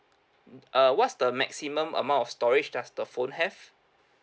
uh what's the maximum amount of storage does the phone have